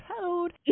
code